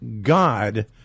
God